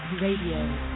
Radio